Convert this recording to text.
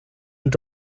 und